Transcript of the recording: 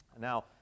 Now